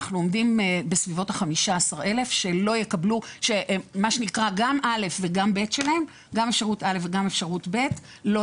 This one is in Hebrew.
אנחנו עומדים בסביבות ה-15,000 שגם אפשרות א' וגם אפשרות ב' שלהם,